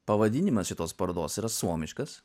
pavadinimas šitos parodos yra suomiškas